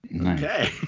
Okay